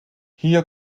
hier